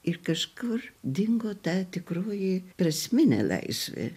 ir kažkur dingo ta tikroji prasmine laisvė